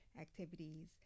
activities